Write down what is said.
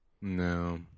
No